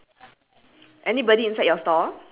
green and black like that right